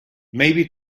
maybe